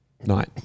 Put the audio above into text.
night